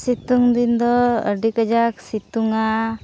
ᱥᱤᱛᱩᱝ ᱫᱤᱱ ᱫᱚ ᱟᱹᱰᱤ ᱠᱟᱡᱟᱠ ᱥᱤᱛᱩᱝᱼᱟ